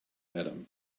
adam